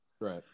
Right